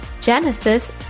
Genesis